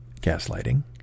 gaslighting